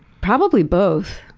probably both.